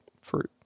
fruit